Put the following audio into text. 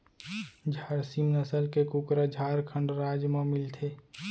झारसीम नसल के कुकरा झारखंड राज म मिलथे